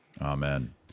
Amen